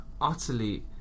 utterly